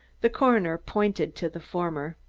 the coroner pointed to the former.